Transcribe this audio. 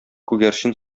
күгәрчен